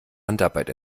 handarbeit